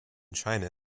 china